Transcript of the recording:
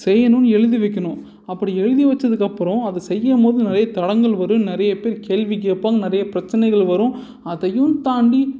செய்யணும்னு எழுதி வைக்கணும் அப்படி எழுதி வச்சதுக்கப்புறோம் அதை செய்யும் போது நிறையா தடங்கல் வரும் நிறைய பேர் கேள்வி கேட்பாங்க நிறையா பிரச்சனைகள் வரும் அதையும் தாண்டி